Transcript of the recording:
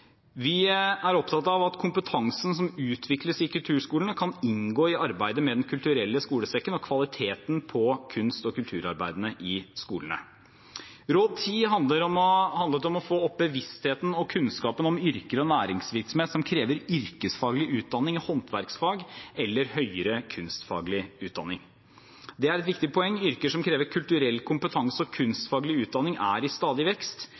Vi er opptatt av at kompetansen som utvikles i kulturskolene, kan inngå i arbeidet med Den kulturelle skolesekken og kvaliteten på kunst- og kulturarbeidet i skolene. Råd 10 handler om å få opp bevisstheten og kunnskapen om yrker og næringsvirksomhet som krever yrkesfaglig utdanning i håndverksfag eller høyere kunstfaglig utdanning. Det er et viktig poeng. Yrker som krever kulturell kompetanse og kunstfaglig utdanning, er i stadig vekst.